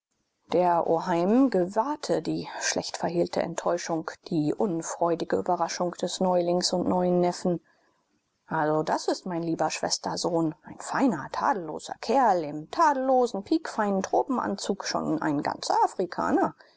der oheim gewahrte die schlecht verhehlte enttäuschung die unfreudige überraschung des neulings und neuen neffen also das ist mein lieber schwestersohn ein feiner tadelloser kerl im tadellosen pikfeinen tropenanzug schon ein ganzer afrikaner